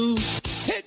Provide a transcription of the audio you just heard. Hit